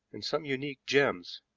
and some unique, gems.